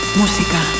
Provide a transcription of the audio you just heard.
música